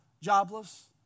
jobless